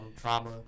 trauma